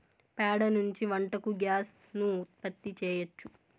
ప్యాడ నుంచి వంటకు గ్యాస్ ను ఉత్పత్తి చేయచ్చు